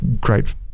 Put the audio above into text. great